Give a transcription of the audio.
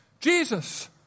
Jesus